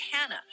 Hannah